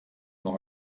noch